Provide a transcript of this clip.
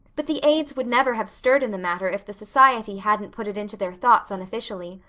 but the aids would never have stirred in the matter if the society hadn't put it into their thoughts unofficially.